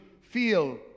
feel